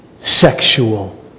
sexual